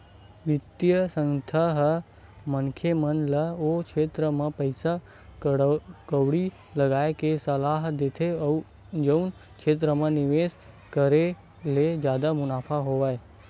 बित्तीय संस्था ह मनखे मन ल ओ छेत्र म पइसा कउड़ी लगाय के सलाह देथे जउन क्षेत्र म निवेस करे ले जादा मुनाफा होवय